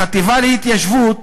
החטיבה להתיישבות